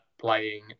playing